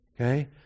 Okay